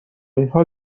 اینها